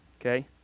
okay